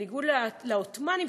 בניגוד לעות'מאנים,